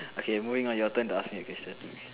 okay moving on your turn to ask me a question